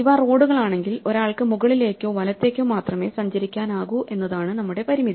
ഇവ റോഡുകളാണെങ്കിൽ ഒരാൾക്ക് മുകളിലേക്കോ വലത്തേക്കോ മാത്രമേ സഞ്ചരിക്കാനാകൂ എന്നതാണ് നമ്മുടെ പരിമിതി